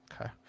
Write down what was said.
okay